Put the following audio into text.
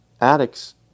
Addicts